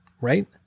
right